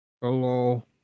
Hello